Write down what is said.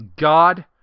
God